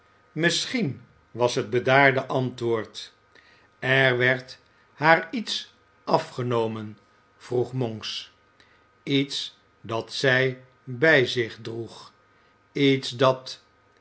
misschien was het bedaarde antwoord er werd haar iets afgenomen vroeg monks iets dat zij bij zich droeg iets dat